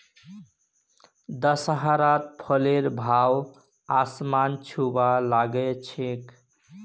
दशहरात फलेर भाव आसमान छूबा ला ग छेक